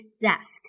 desk